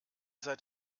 seid